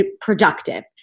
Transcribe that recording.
productive